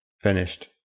finished